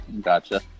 Gotcha